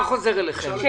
חוזר אליכם.